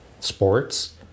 sports